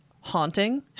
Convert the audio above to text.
haunting